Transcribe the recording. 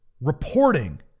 reporting